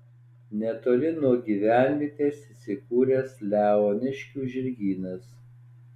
netoli nuo gyvenvietės įsikūręs leoniškių žirgynas